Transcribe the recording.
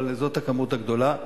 אבל זאת הכמות הגדולה.